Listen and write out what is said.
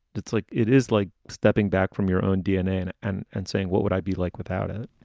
it's like it is like stepping back from your own dna and and saying, what would i be like without it?